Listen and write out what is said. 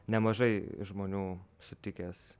nemažai žmonių sutikęs